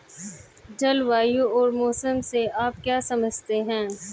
जलवायु और मौसम से आप क्या समझते हैं?